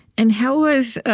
and how was